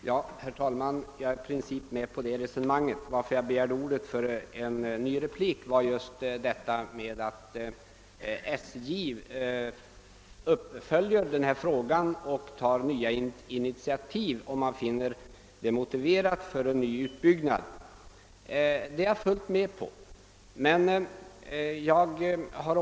Herr talman! Jag är i princip med på statsrådets resonemang, att SJ skall följa upp denna fråga och ta nya initiativ, om SJ finner att motiv föreligger för en utbyggnad.